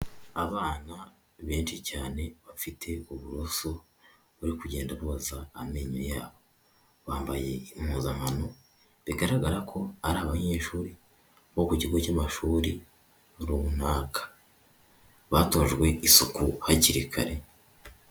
Abana benshi cyane bafite uburoso bwo kugenda boza amenyo yabo, bambaye impuzankano bigaragara ko ari abanyeshuri bo ku kigo cy'amashuri runaka batojwe isuku hakiri kare.